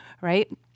right